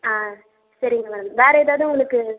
ஆ சரிங்க மேடம் வேறு எதாவது உங்களுக்கு